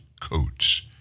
coats